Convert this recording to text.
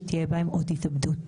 שתהיה בהם עוד התאבדות.